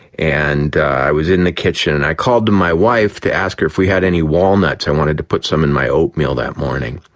and i was in the kitchen and i called to my wife to ask her if we had any walnuts, i wanted to put some in my oatmeal that morning.